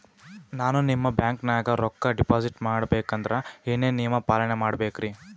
ನಾನು ನಿಮ್ಮ ಬ್ಯಾಂಕನಾಗ ರೊಕ್ಕಾ ಡಿಪಾಜಿಟ್ ಮಾಡ ಬೇಕಂದ್ರ ಏನೇನು ನಿಯಮ ಪಾಲನೇ ಮಾಡ್ಬೇಕ್ರಿ?